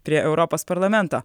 prie europos parlamento